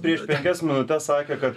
prieš penkias minutes sakė kad